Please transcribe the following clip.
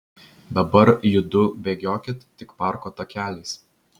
dabar judu bėgiokit tik parko takeliais